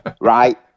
right